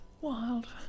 wild